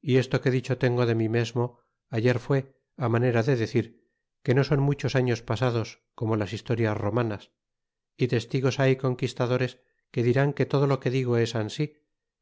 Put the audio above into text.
y esto que dicho tengo de mi mesmo ayer fué á manera de decir que no son muchos años pasados como lag historias romanas y testigos hay conquistadores que dirán que todo lo que digo es ansi